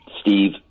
Steve